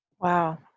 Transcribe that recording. Wow